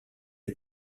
est